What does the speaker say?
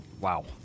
Wow